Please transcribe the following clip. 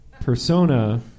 persona